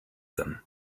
them